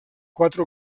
quatre